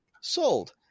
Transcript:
sold